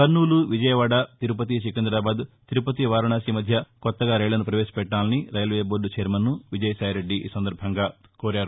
కర్నూలు విజయవాడ తిరుపతి సికింద్రాబాద్ తిరుపతి వారణాశి మధ్య కొత్తగా రైళ్ళను పవేశపెట్టాలని రైల్వే బోర్దు ఛైర్మన్ను విజయసాయిరెడ్లి కోరారు